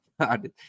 God